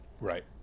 Right